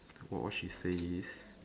what was she saying